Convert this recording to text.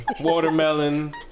watermelon